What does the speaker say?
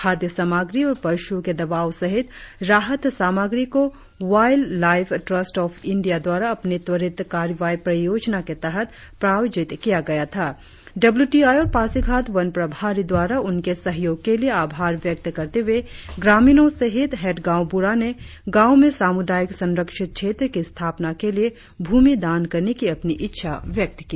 खाद्य सामग्री और पशुओं के दवाओं सहित राहत सामग्री को व्हाईल लाईव ट्रस्त ऑफ इंडिया द्वारा अपनी त्वरित कार्रवाई परियोजना के तहत प्रायोजित किया गया था डब्लू टी आई और पासीघाट वन प्रभारी द्वारा उनके सहयोग के लिए आभार व्यक्त करते हुए ग्रामीणो सहित हेड गांव बूढ़ा ने गांव में सामुदायिक संरक्षित क्षेत्र की स्थापना के लिए भूमि दान करने की अपनी इच्छा व्यक्त की